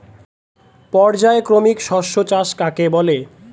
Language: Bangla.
পর্যায়ক্রমিক শস্য চাষ কাকে বলে?